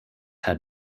had